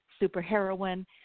superheroine